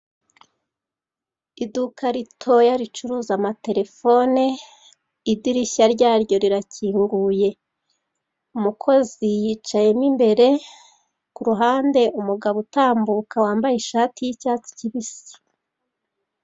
Iduka ritoya ricuruza amaterefone, idirishya ryaryo rirakinguye. Umukozi yicayemo imbere, ku ruhande umugabo utambuka wambaye ishati y'icyatsi kibisi.